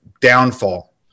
downfall